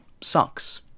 sucks